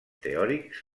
teòrics